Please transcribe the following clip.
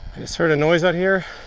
just heard a noise out here.